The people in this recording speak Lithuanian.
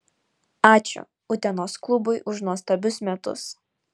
ačiū utenos klubui už nuostabius metus